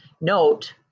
note